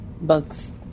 Bugs